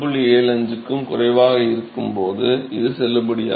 75 க்கும் குறைவாக இருக்கும்போது இது செல்லுபடியாகும்